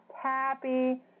happy